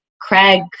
Craig